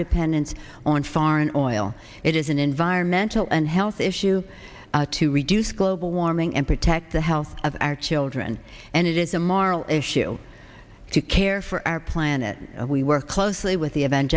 dependence on foreign oil it is an environmental and health issue to reduce global warming and protect the health of our children and it is a moral issue to care for our planet we work closely with the evange